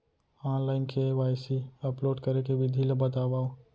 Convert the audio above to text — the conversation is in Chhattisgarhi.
ऑनलाइन के.वाई.सी अपलोड करे के विधि ला बतावव?